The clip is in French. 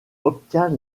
obtient